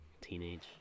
teenage